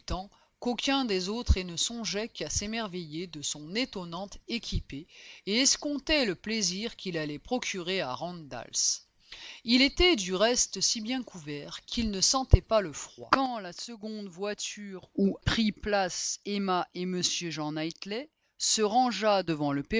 qu'aucun des autres et ne songeait qu'à s'émerveiller de son étonnante équipée et escomptait le plaisir qu'il allait procurer à randalls il était du reste si bien couvert qu'il ne sentait pas le froid quand la seconde voiture où avaient pris place emma et m jean knightley se rangea devant le